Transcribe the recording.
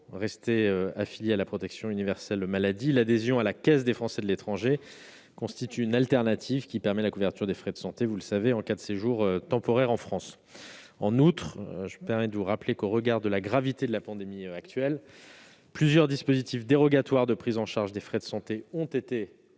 rester affiliés à la protection universelle maladie, l'adhésion à la Caisse des Français de l'étranger constitue une alternative, permettant la couverture des frais de santé en cas de séjour temporaire en France. En outre, mesdames, messieurs les sénateurs, je vous rappelle que, au regard de la gravité de la pandémie actuelle, plusieurs dispositifs dérogatoires de prise en charge des frais de santé ont été